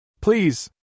Please